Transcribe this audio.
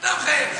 אתה מחייך.